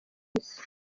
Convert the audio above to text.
isi